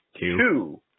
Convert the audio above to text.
Two